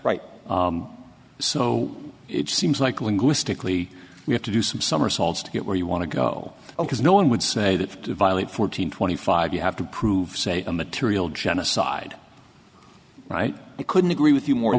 right so it seems like linguistically you have to do some somersaults to get where you want to go because no one would say that to violate fourteen twenty five you have to prove say a material genocide right i couldn't agree with you more